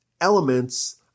elements